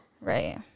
Right